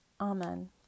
Amen